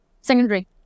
secondary